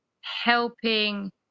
helping